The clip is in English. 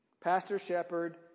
pastor-shepherd